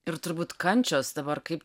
ir turbūt kančios dabar kaip